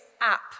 app